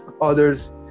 others